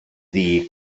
ddi